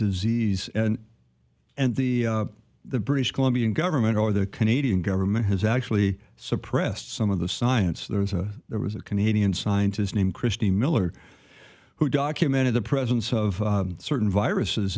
disease and the the british colombian government or the canadian government has actually suppressed some of the science there was a there was a canadian scientist named christy miller who documented the presence of certain viruses